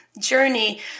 journey